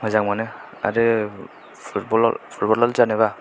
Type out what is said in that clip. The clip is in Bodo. मोजां मोनो आरो फुरटबल फुटब'लार जानोबा